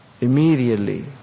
immediately